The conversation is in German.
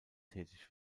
tätig